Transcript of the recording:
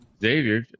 Xavier